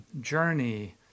journey